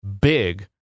big